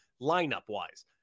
lineup-wise